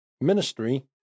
ministry